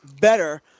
better